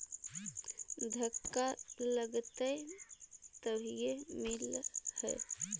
धक्का लगतय तभीयो मिल है?